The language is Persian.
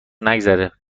نگذره